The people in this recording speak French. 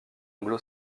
anglo